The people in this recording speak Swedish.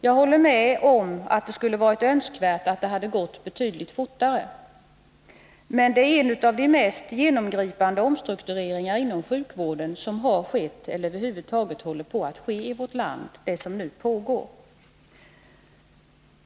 Jag håller med om att det skulle ha varit önskvärt att den hade gått betydligt fortare, men det som nu pågår är en av de mest genomgripande omstruktureringar inom sjukvården som över huvud taget har skett eller håller på att ske i vårt land.